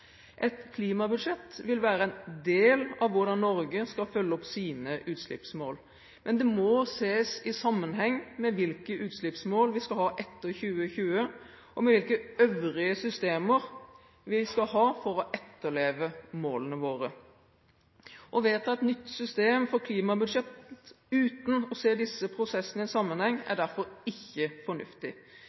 Et klimabudsjett vil være en del av hvordan Norge skal følge opp sine utslippsmåI, men det må ses i sammenheng med hvilke utslippsmål vi skal ha etter 2020, og hvilke øvrige systemer vi skal ha for å etterleve målene våre. Å vedta et nytt system for klimabudsjett uten å se disse prosessene i sammenheng er derfor ikke fornuftig.